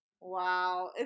wow